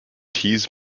tees